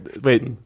Wait